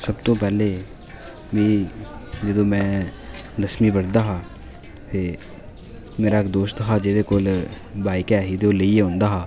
सब तूं पैह्ले मि जदूं में दसमीं पढ़दा हा ते मेरा इक दोस्त हा जेह्दे कोल बाइक ऐ ही ते ओह् लेइयै औंदा हा